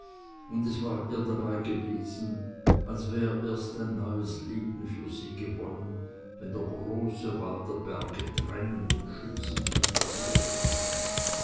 und es war ihr dabei gewesen als wär erst ein neues leben für sie gewonnen wenn der große wall der berge trennend und schützend hinter ihr läge